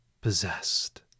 possessed